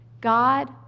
God